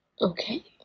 okay